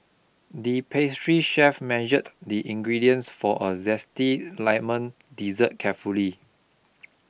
the pastry chef measured the ingredients for a zesty lemon dessert carefully